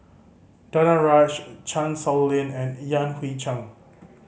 Danaraj Chan Sow Lin and Yan Hui Chang